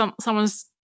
someone's